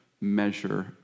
measure